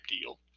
deal